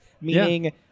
meaning